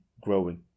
growing